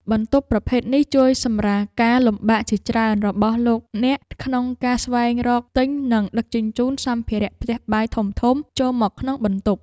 បន្ទប់ប្រភេទនេះជួយសម្រាលការលំបាកជាច្រើនរបស់លោកអ្នកក្នុងការស្វែងរកទិញនិងដឹកជញ្ជូនសម្ភារៈផ្ទះបាយធំៗចូលមកក្នុងបន្ទប់។